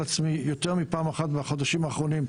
עצמי יותר מפעם אחת בחודשים האחרונים,